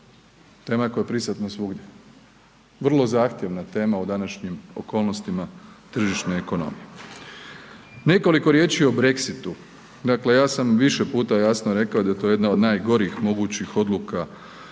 tema koja je prisutna svugdje, vrlo zahtjevna tema u današnjim okolnostima tržišne ekonomije. Nekoliko riječi o Brexitu, dakle ja sam više puta jasno rekao da je to jedna od najgorih mogućih odluka